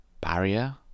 barrier